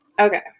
Okay